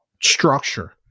structure